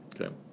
Okay